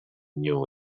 new